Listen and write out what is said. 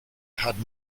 had